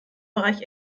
bereich